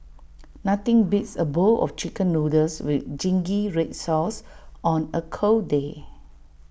nothing beats A bowl of Chicken Noodles with Zingy Red Sauce on A cold day